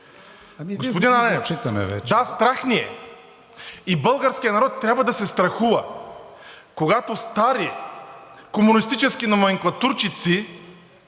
Господин Ананиев, да, страх ни е и българският народ трябва да се страхува, когато стари комунистически номенклатурчици